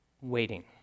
waiting